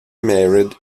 married